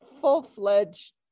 full-fledged